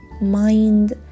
mind